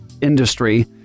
industry